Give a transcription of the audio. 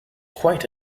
quite